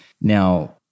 Now